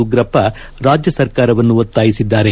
ಉಗ್ರಪ್ಪ ರಾಜ್ಯ ಸರ್ಕಾರವನ್ನು ಒತ್ತಾಯಿಸಿದ್ದಾರೆ